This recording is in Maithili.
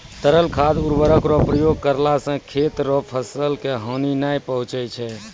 तरल खाद उर्वरक रो प्रयोग करला से खेत रो फसल के हानी नै पहुँचय छै